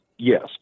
Yes